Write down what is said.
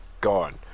gone